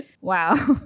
Wow